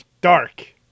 Dark